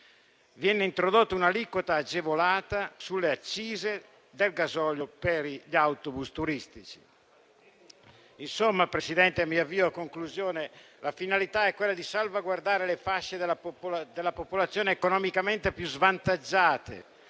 Viene introdotta una aliquota agevolata sulle accise del gasolio per gli autobus turistici. Insomma, signor Presidente, la finalità è quella di salvaguardare le fasce della popolazione economicamente più svantaggiate